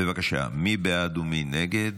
בבקשה, מי בעד ומי נגד?